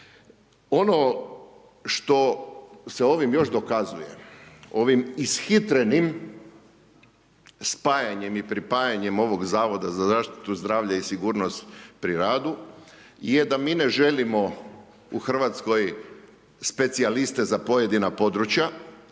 Ono što se ovim još dokazuje, ovim ishitrenim spajanjem i pripajanjem ovoga Zavod za zaštitu zdravlja i sigurnost pri radu je da mi ne želimo u RH specijaliste za pojedina područja,